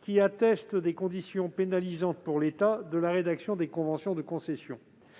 qui attestent des conditions, pénalisantes pour l'État, de la rédaction des conventions de concession.